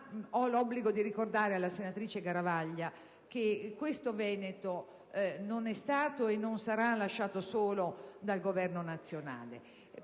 l'obbligo di ricordare alla senatrice Garavaglia che il Veneto non è stato e non sarà lasciato solo dal Governo nazionale;